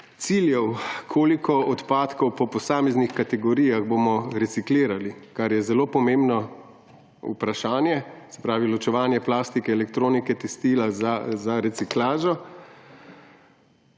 ciljev, koliko odpadkov po posameznih kategorijah bomo reciklirali, kar je zelo pomembno vprašanje. Se pravi, ločevanje plastike, elektronike, tekstila za reciklažo